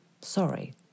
Sorry